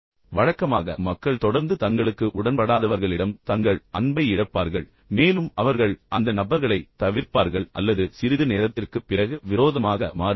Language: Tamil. எனவே வழக்கமாக மக்கள் தொடர்ந்து தங்களுக்கு உடன்படாதவர்களிடம் தங்கள் அன்பையும் பாசத்தையும் இழப்பார்கள் மேலும் அவர்கள் அந்த நபர்களைத் தவிர்ப்பார்கள் அல்லது சிறிது நேரத்திற்குப் பிறகு விரோதமாக மாறுவார்கள்